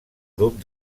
grup